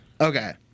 Okay